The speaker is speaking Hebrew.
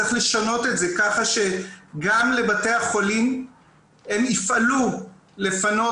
צריך לשנות את זה ככה שגם לבתי החולים שיפעלו לפנות